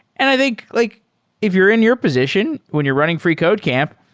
and i think like if you're in your position when you're running freecodecamp,